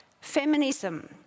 Feminism